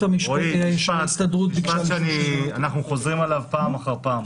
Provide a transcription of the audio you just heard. רועי, יש משפט שאנחנו חוזרים עליו פעם אחר פעם.